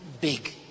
big